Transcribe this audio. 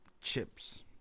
chips